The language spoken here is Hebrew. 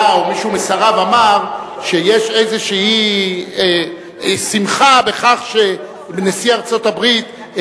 או מישהו משריו אמר שיש איזו שמחה בכך שנשיא ארצות-הברית,